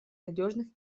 надежных